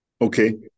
Okay